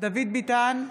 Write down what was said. דוד ביטן,